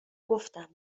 گفتم